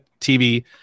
TV